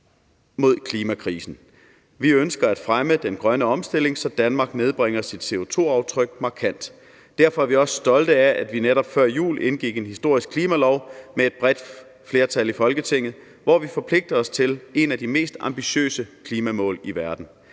mod klimakrisen. Vi ønsker at fremme den grønne omstilling, så Danmark nedbringer sit CO2-aftryk markant. Derfor er vi også stolte af, at vi netop før jul med et bredt flertal her i Folketinget aftalte en historisk klimalov, hvor vi forpligter os til nogle af de mest ambitiøse klimamål i verden.